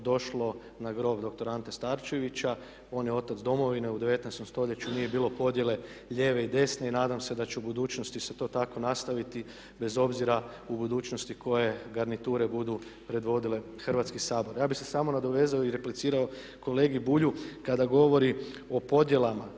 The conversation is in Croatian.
došlo na grob doktora Ante Starčevića. On je otac Domovine. U 19 st. nije bilo podjele lijeve i desne i nadam se da će u budućnosti se to tako nastaviti bez obzira u budućnosti koje garniture budu predvodile Hrvatski sabor. Ja bih se samo nadovezao i replicirao kolegi Bulju kada govori o podjelama.